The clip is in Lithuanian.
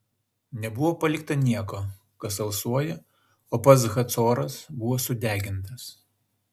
nebuvo palikta nieko kas alsuoja o pats hacoras buvo sudegintas